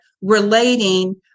relating